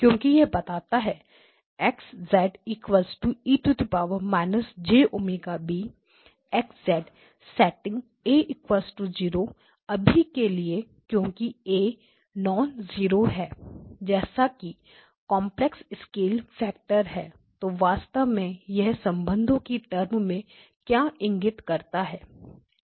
क्योंकि यह बताता है X e− jωb X setting a0 अभी के लिए क्योंकि a नॉन जीरो है जैसा कि कांपलेक्स स्केल फैक्टर हैतो वास्तव में यह संबंधों की टर्म में क्या इंगित करता है